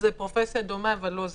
זו פרופסיה דומה אבל לא זהה.